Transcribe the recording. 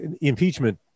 impeachment